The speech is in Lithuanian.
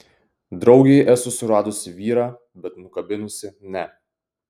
draugei esu suradusi vyrą bet nukabinusi ne